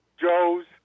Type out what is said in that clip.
Joes